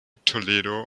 toledo